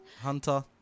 Hunter